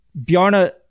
bjarna